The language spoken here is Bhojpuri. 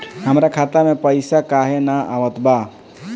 हमरा खाता में पइसा काहे ना आवत बा?